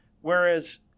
Whereas